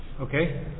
Okay